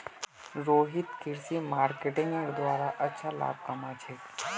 रोहित कृषि मार्केटिंगेर द्वारे अच्छा लाभ कमा छेक